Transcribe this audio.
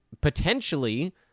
potentially